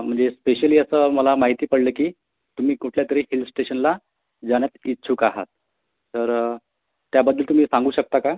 म्हणजे पेशली असं मला माहिती पडलं की तुम्ही कुठल्यातरी हिलस्टेशनला जाण्यात इच्छुक आहात तर त्याबद्दल तुम्ही सांगू शकता का